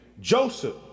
Joseph